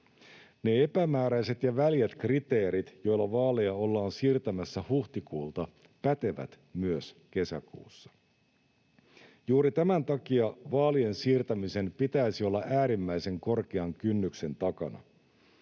Ne epämääräiset ja väljät kriteerit, joilla vaaleja ollaan siirtämässä huhtikuulta, pätevät myös kesäkuussa. Juuri tämän takia vaalien siirtämisen pitäisi olla äärimmäisen korkean kynnyksen takana.